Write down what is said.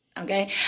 Okay